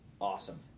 awesome